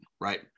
right